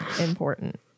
important